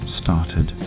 started